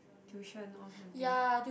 tuition or something